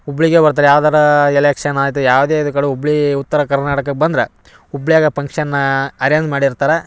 ಹುಬ್ಳಿಗೆ ಬರ್ತಾರೆ ಯಾವ್ದಾರ ಎಲೆಕ್ಷನ್ ಆಯಿತು ಯಾವುದೇ ಇದಕಳು ಹುಬ್ಳಿ ಉತ್ತರ ಕರ್ನಾಟಕಕ್ಕೆ ಬಂದ್ರೆ ಹುಬ್ಳ್ಯಾಗ ಪಂಕ್ಷನ್ ಅರೇಂಜ್ ಮಾಡಿರ್ತಾರೆ